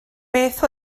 beth